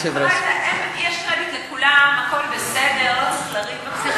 שאמר שאם לא יחזירו לו את 200 מיליון השקל,